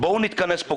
בואו נתכנס פה,